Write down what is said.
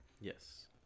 Yes